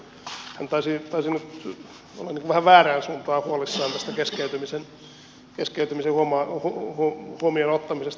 hän taisi nyt olla niin kuin vähän väärään suuntaan huolissaan tästä keskeytymisen huomioon ottamisesta